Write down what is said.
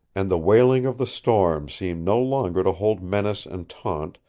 and the wailing of the storm seemed no longer to hold menace and taunt,